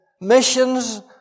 missions